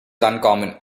uncommon